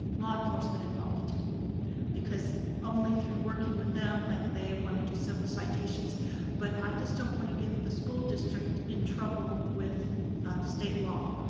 law enforcement involved because only through working with them, like they wanna do civil citations but i just don't wanna get the school district in trouble with state law.